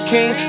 King